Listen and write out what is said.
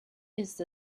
ist